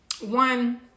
one